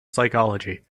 psychology